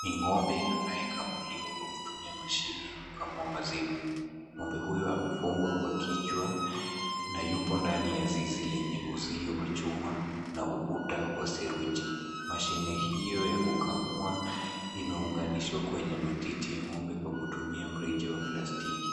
Ni ng'ombe anayekamuliwa kwa kutumia mashine ya kukamua maziwa. Ng'ombe huyu amefungwa kwa kichwa na yupo ndani ya zizi lenye uzio wa chuma na ukuta wa seruji. Mashine hiyo ya kukamua imeunganishwa kwenye matiti ya ng'ombe kwa kutumia mrija wa plastiki.